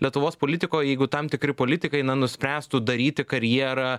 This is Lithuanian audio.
lietuvos politikoj jeigu tam tikri politikai na nuspręstų daryti karjerą